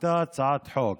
אותה הצעת חוק.